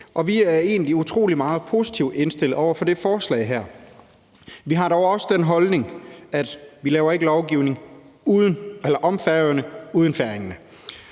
utrolig positivt indstillet over for det her forslag. Vi har dog også den holdning, at vi ikke laver lovgivning om Færøerne